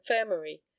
infirmary